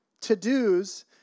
to-dos